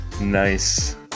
Nice